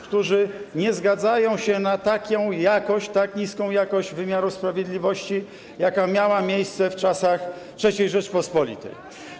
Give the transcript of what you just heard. którzy nie zgadzają się na tak niską jakość wymiaru sprawiedliwości, jaka miała miejsce w czasach III Rzeczypospolitej.